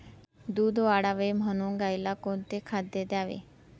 दूध वाढावे म्हणून गाईला कोणते खाद्य द्यावे?